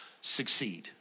succeed